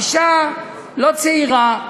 אישה לא צעירה,